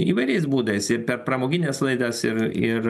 įvairiais būdais ir per pramogines laidas ir ir